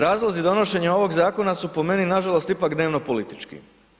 Razlozi donošenja ovog zakona su po meni nažalost ipak dnevno politički.